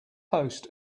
post